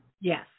Yes